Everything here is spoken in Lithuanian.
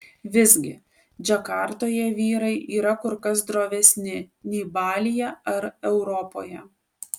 visgi džakartoje vyrai yra kur kas drovesni nei balyje ar europoje